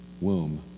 womb